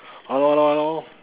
hello hello hello